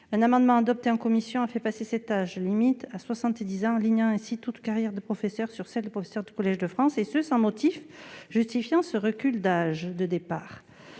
d'un amendement en commission a fait passer cet âge limite à 70 ans, alignant ainsi toute carrière de professeur sur celle des professeurs du Collège de France, et ce sans motif justifiant ce recul d'âge de départ.